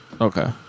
Okay